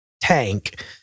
tank